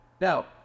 Now